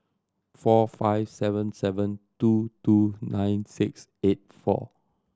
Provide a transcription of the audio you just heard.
four five seven seven two two nine six eight four